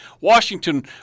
Washington